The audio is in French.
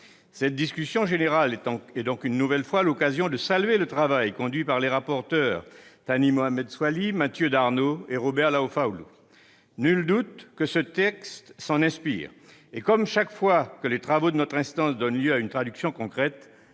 Cette discussion générale est aussi une nouvelle occasion de saluer le travail conduit par les rapporteurs Thani Mohamed Soilihi, Mathieu Darnaud et Robert Laufoaulu. Nul doute que ce texte s'inspire de ce diagnostic. Comme chaque fois que les travaux de notre instance donnent lieu à une traduction concrète,